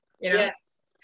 Yes